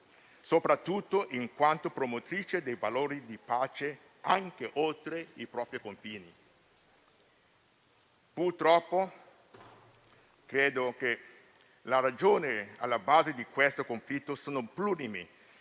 soprattutto, in quanto promotrice dei valori di pace anche oltre i propri confini. Le ragioni alla base di questo conflitto sono plurime